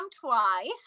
twice